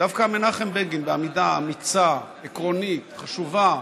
דווקא מנחם בגין, בעמידה אמיצה, עקרונית, חשובה,